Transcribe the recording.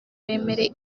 bemere